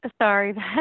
Sorry